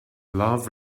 love